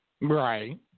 Right